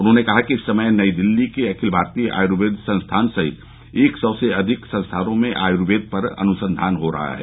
उन्होंने कहा कि इस समय नई दिल्ली के अखिल भारतीय आयुर्वेद संस्थान सहित एक सौ से अधिक संस्थानों में आयुर्वेद पर अनुसंधान हो रहा है